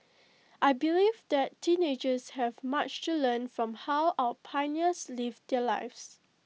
I believe that teenagers have much to learn from how our pioneers lived their lives